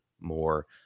more